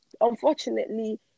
unfortunately